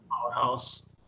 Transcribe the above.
powerhouse